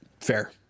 Fair